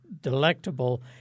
delectable